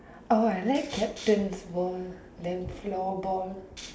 orh I like captain's ball then floorball